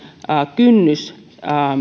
kynnys